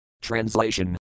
Translation